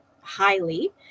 highly